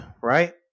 right